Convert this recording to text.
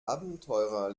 abenteurer